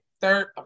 third